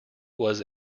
was